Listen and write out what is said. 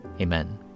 Amen